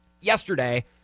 Yesterday